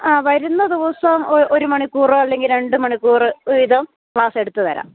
ആ വരുന്ന ദിവസം ഒരു മണിക്കൂര് അല്ലെങ്കില് രണ്ടു മണിക്കൂര് വീതം ക്ലാസ്സെടുത്തു തരാം